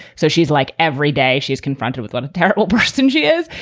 so she's like every day she's confronted with what a terrible person she is.